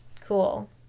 Cool